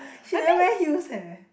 she never wear heels eh